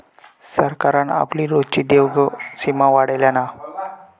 सरकारान आपली रोजची देवघेव सीमा वाढयल्यान हा